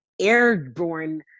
airborne